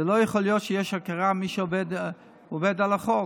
זה לא יכול להיות שיש הכרה במי שעובר על החוק,